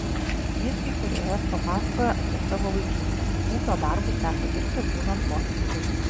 jysk įkūrėjas papasakojo apie savo vaikystę ūkio darbus teko dirbti būnant vos penkerių